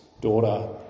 daughter